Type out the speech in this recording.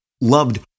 loved